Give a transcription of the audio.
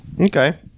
Okay